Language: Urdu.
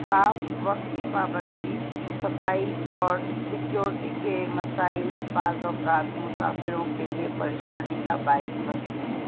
صاف وقت کی پابندی صفائی اور سکیورٹی کے مسائل بعض اوقات مسافروں کے لیے پریشانی کا باعث بنتے ہیں